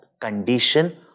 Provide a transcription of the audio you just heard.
condition